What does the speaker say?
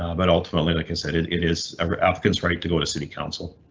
um but ultimately, like i said, it it is applicants right to go to city council.